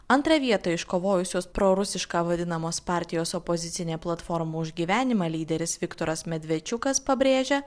antrą vietą iškovojusios prorusiška vadinamos partijos opozicinė platforma už gyvenimą lyderis viktoras medvečiukas pabrėžia